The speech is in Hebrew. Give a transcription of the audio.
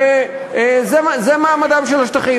וזה מעמדם של השטחים.